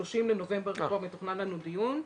בנובמבר, וכבר מתוכנן לנו דיון.